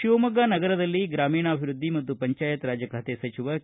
ಶಿವಮೊಗ್ಗ ನಗರದಲ್ಲಿ ಗ್ರಾಮೀಣಾಭಿವೃದ್ಧಿ ಮತ್ತು ಪಂಚಾಯತ್ ರಾಜ್ ಖಾತೆ ಸಚಿವ ಕೆ